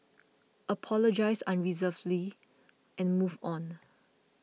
apologise unreservedly and move on